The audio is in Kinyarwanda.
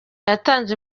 yatanze